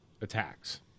attacks